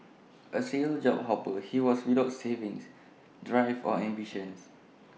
A serial job hopper he was without savings drive or ambitions